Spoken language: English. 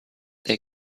they